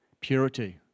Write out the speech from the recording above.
purity